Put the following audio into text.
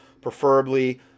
Preferably